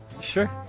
Sure